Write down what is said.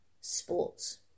sports